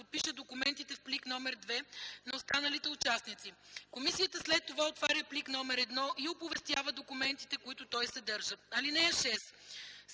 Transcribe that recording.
подпише документите в плик № 2 на останалите участници. Комисията след това отваря плик № 1 и оповестява документите, които той съдържа. (6)